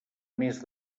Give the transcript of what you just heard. més